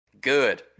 good